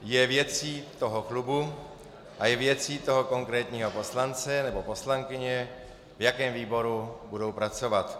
Je věcí toho klubu a je věcí toho konkrétního poslance nebo poslankyně, v jakém výboru budou pracovat.